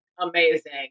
amazing